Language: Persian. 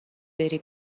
بری